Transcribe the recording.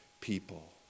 people